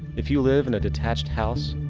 if you live in a detached house,